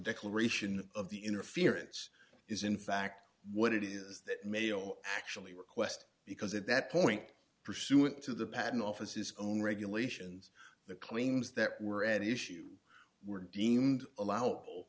declaration of the interference is in fact what it is that mail actually request because at that point pursuant to the patent office his own regulations the claims that were at issue were deemed allowable